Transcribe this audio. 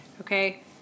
Okay